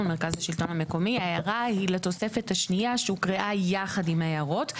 ההערה היא לתוספת השנייה שהוקראה יחד עם ההערות.